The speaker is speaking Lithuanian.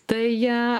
tai jie